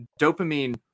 dopamine